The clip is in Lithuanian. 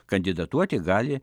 kandidatuoti gali